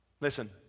Listen